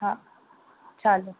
હા ચાલો